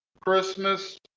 Christmas